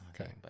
Okay